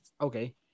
Okay